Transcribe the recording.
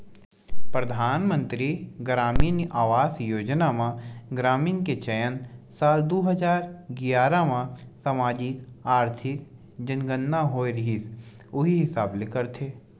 परधानमंतरी गरामीन आवास योजना म ग्रामीन के चयन साल दू हजार गियारा म समाजिक, आरथिक जनगनना होए रिहिस उही हिसाब ले करथे